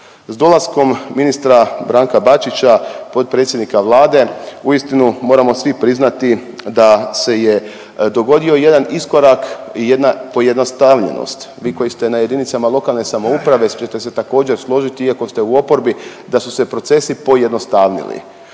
S dolaskom ministra Branka Bačića, potpredsjednika Vlade uistinu moramo svi priznati da se je dogodio jedan iskorak i jedna pojednostavljenost. Vi koji ste na jedinicama lokalne samouprave ćete se također složiti iako ste u oporbi, da su se procesi pojednostavili,